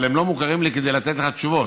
אבל הם לא מוכרים לי כדי לתת לך תשובות.